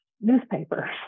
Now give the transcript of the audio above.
newspapers